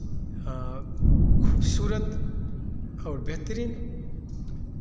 खूबसूरत और बेहतरीन